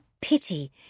pity